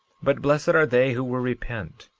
but blessed are they who will repent,